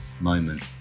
moment